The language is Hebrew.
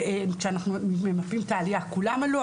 כשאנחנו ממפים את העלייה כולם עלו,